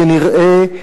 כנראה,